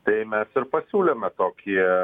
tai mes ir pasiūlėme tokį